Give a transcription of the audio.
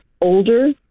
older